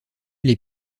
les